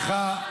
מי זה "הם"?